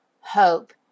hope